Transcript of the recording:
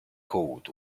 coat